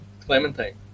Clementine